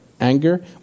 anger